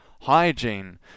hygiene